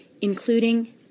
including